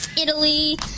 Italy